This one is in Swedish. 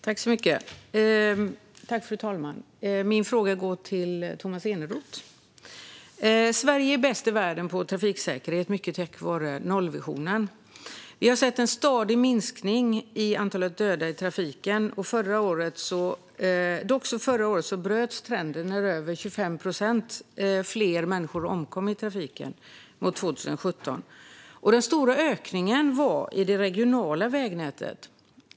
Fru talman! Min fråga går till Tomas Eneroth. Sverige är bäst i världen på trafiksäkerhet, mycket tack vare nollvisionen. Vi har sett en stadig minskning i antalet döda i trafiken. Dock bröts trenden förra året när över 25 procent fler människor omkom i trafiken än 2017. Den stora ökningen var i det regionala vägnätet.